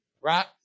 right